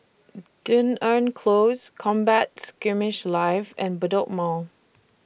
Dunearn Close Combat Skirmish Live and Bedok Mall